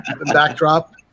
backdrop